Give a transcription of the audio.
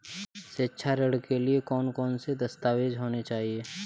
शिक्षा ऋण के लिए कौन कौन से दस्तावेज होने चाहिए?